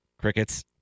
Crickets